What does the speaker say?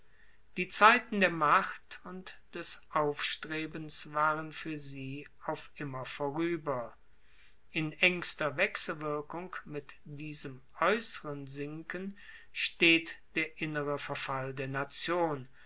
die zeiten der macht und des aufstrebens waren fuer sie auf immer vorueber in engster wechselwirkung mit diesem aeusseren sinken steht der innere verfall der nation